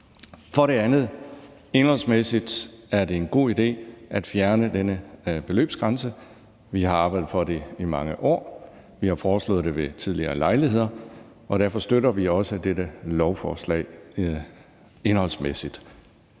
For det andet er det indholdsmæssigt en god idé at fjerne denne beløbsgrænse. Vi har arbejdet for det i mange år, vi har foreslået det ved tidligere lejligheder, og derfor støtter vi også dette beslutningsforslag indholdsmæssigt.